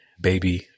baby